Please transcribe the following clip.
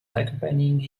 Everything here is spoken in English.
accompanying